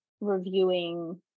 reviewing